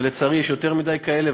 ולצערי יש יותר מדי כאלה,